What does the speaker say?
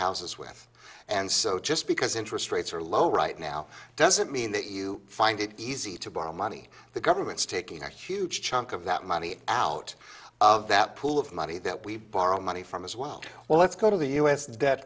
houses with and so just because interest rates are low right now doesn't mean that you find it easy to borrow money the government's taking a huge chunk of that money out of that pool of money that we borrow money from as well well let's go to the u